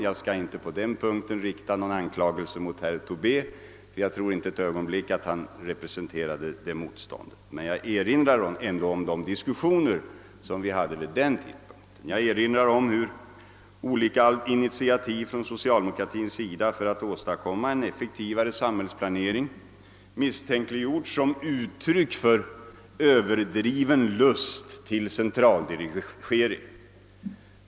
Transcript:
Jag skall inte rikta någon anklagelse mot:'herr Tobé härför, ty jag tror inte ett ögonblick att han representerar det motståndet, men jag erinrar likväl om de diskussioner som vi då hade. Olika initiativ från socialdemokratins sida för att åstadkomma en effektivare samhällsplanering misstänkliggjordes som uttryck för överdriven lust till centraldirigering.